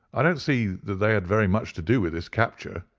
i don't see that they had very much to do with his capture,